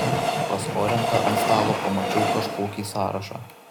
pas orentą ant stalo pamačiau kažkokį sąrašą